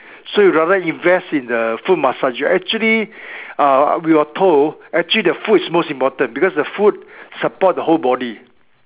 so we rather invest in the foot massager actually uh we were told actually the foot is most important because the foot support the whole body